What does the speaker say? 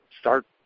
start